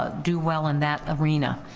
ah do well in that arena.